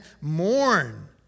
Mourn